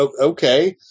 okay